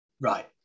right